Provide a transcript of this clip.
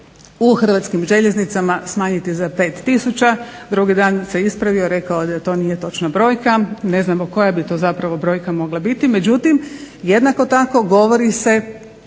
u Hrvatskim željeznicama smanjiti za 5000, drugi dan se ispravio i rekao da to nije točna brojka, ne znamo koja bi to zapravo brojka mogla biti, međutim jednako tako govori se